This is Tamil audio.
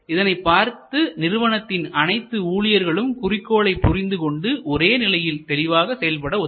இதனை பார்த்து நிறுவனத்தின் அனைத்து ஊழியர்களும் குறிக்கோளை புரிந்து கொண்டு ஒரே நிலையில் தெளிவாக செயல்பட உதவும்